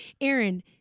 Aaron